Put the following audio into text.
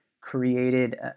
created